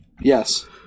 Yes